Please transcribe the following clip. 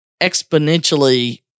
exponentially